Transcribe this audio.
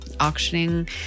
auctioning